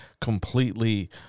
completely